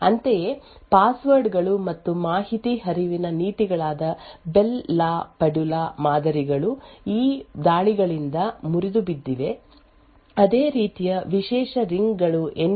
ಅಂತೆಯೇ ಪಾಸ್ವರ್ಡ್ ಗಳು ಮತ್ತು ಮಾಹಿತಿ ಹರಿವಿನ ನೀತಿಗಳಾದ ಬೆಲ್ ಲಾ ಪಡುಲಾ ಮಾದರಿಗಳು ಈ ದಾಳಿಗಳಿಂದ ಮುರಿದುಬಿದ್ದಿವೆ ಅದೇ ರೀತಿಯ ವಿಶೇಷ ರಿಂಗ್ ಗಳು ಎನ್ಕ್ಲೇವ್ ಗಳು ಎಎಸ್ಎಲ್ಆರ್ ಮತ್ತು ಮುಂತಾದವುಗಳು ಮೈಕ್ರೋ ಆರ್ಕಿಟೆಕ್ಚರಲ್ ದಾಳಿಗಳಿಂದ ಮುರಿದುಹೋಗಿವೆ